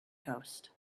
coast